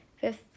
fifth